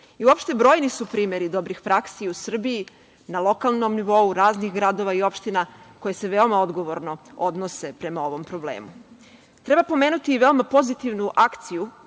i uopšte brojni su primeri dobrih praksi u Srbiji na lokalnom nivou, raznih gradova i opština koje se veoma odgovorno odnose prema ovom problemu. Treba pomenuti i veoma pozitivnu akciju